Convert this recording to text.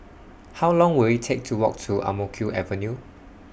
How Long Will IT Take to Walk to Ang Mo Kio Avenue